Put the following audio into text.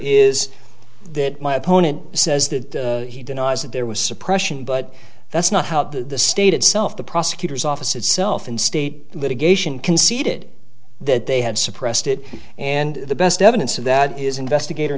is that my opponent says that he denies that there was suppression but that's not how the state itself the prosecutor's office itself in state litigation conceded that they had suppressed it and the best evidence of that is investigator